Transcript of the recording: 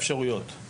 אלו שתי האפשרויות.